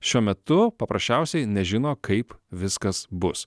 šiuo metu paprasčiausiai nežino kaip viskas bus